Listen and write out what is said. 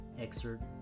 excerpt